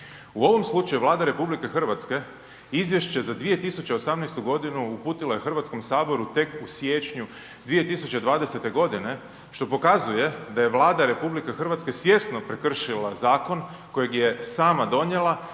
U ovom slučaju Vlada RH Izvješće za 2018. godinu uputila je Hrvatskom saboru tek u siječnju 2020. godine što pokazuje da je Vlada RH svjesno prekršila zakon kojeg je sama donijela,